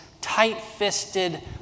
tight-fisted